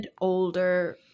older